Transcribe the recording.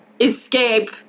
escape